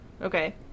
Okay